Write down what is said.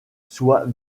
soit